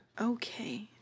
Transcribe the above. Okay